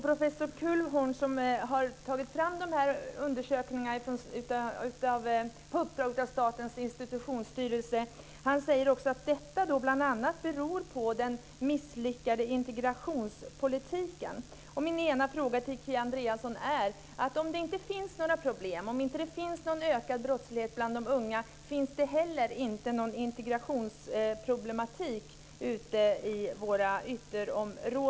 Professor Kühlhorn, som har tagit fram dessa undersökningar på uppdrag av Statens institutionsstyrelse, säger också att detta bl.a. beror på den misslyckade integrationspolitiken. Min ena fråga till Kia Andreasson är: Om det inte finns några problem med ökad brottslighet bland de unga, finns det då heller inte någon integrationsproblematik ute i våra ytterområden?